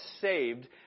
saved